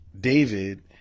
David